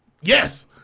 Yes